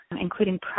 including